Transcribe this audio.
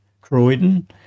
Croydon